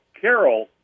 Carol